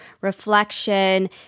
reflection